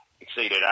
exceeded